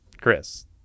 Chris